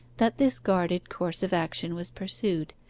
that this guarded course of action was pursued,